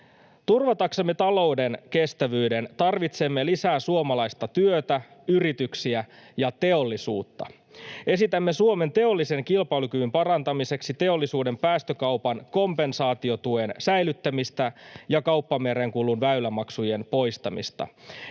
Turvataksemme talouden kestävyyden tarvitsemme lisää suomalaista työtä, yrityksiä ja teollisuutta. Esitämme Suomen teollisen kilpailukyvyn parantamiseksi teollisuuden päästökaupan kompensaatiotuen säilyttämistä ja kauppamerenkulun väylämaksujen poistamista.